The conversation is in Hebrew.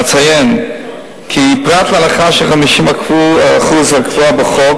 אציין כי פרט להנחה של 50% הקבועה בחוק,